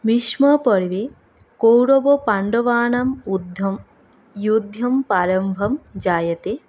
भीष्मपर्वे कौरवपाण्डवानां युद्धं युद्ध्यं प्रारम्भं जायते